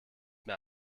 mehr